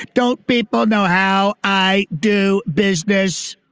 don't people know how i do business.